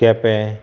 केंपे